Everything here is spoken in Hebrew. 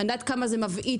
אני יודעת כמה זה מפחיד.